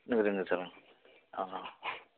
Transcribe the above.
नोंगोदे नोंगोदे सार अ अ